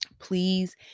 please